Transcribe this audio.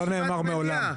לא נאמר מעולם.